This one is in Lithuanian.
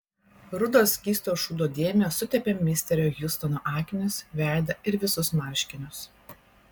rudos skysto šūdo dėmės sutepė misterio hjustono akinius veidą ir visus marškinius